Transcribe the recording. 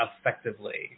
effectively